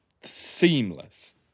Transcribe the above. seamless